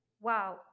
wow